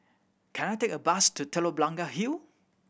can I take a bus to Telok Blangah Hill